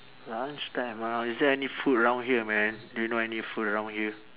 lunch time ah is there any food around here man do you know any food around here